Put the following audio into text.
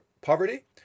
poverty